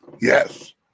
Yes